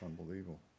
unbelievable